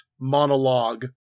monologue